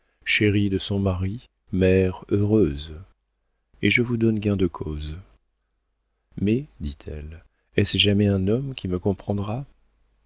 chérie de son mari mère heureuse et je vous donne gain de cause mais dit-elle est-ce jamais un homme qui me comprendra